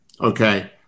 okay